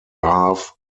half